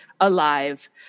alive